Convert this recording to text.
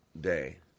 day